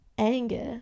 Anger